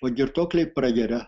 o girtuokliai prageria